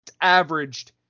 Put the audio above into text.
averaged